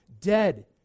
Dead